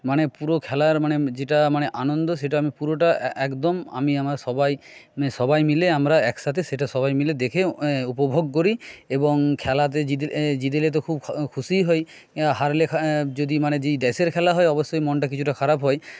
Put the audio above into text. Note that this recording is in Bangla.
মানে পুরো খেলার মানে যেটা মানে আনন্দ সেটা আমি পুরোটা একদম আমি আমার সবাই সবাই মিলে আমরা একসাথে সেটা সবাই মিলে দেখে উপভোগ করি এবং খেলাতে জিতলে তো খুব খুশিই হই হারলে যদি মানে যদি দেশের খেলা হয় অবশ্যই মনটা কিছুটা খারাপ হয়